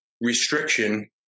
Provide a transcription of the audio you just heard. restriction